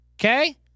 Okay